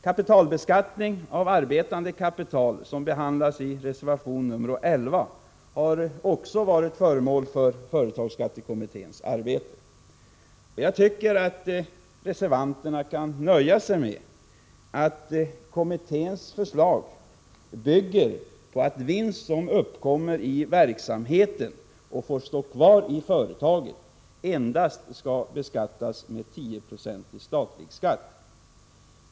Kapitalbeskattning av arbetande kapital, som behandlas i reservation nr 11, har också varit föremål för företagsskattekommitténs arbete. Jag tycker att reservanterna kan nöja sig med att kommitténs förslag bygger på att vinst som uppkommer i verksamheten och får stå kvar i företaget endast skall beskattas med 10 9 statlig skatt.